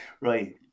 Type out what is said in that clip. Right